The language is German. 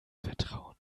vertrauen